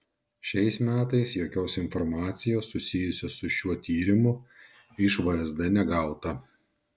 šiais metais jokios informacijos susijusios su šiuo tyrimu iš vsd negauta